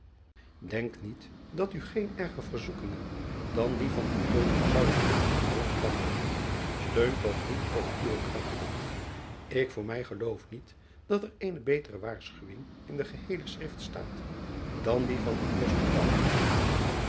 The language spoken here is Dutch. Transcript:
enk niet dat u geen erger verzoekingen dan die van zouden kunnen aan boord klampen teun toch niet op uwe krachten k voor mij geloof niet dat er eene betere waarschuwing in de geheele chrift staat dan die van